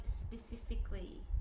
specifically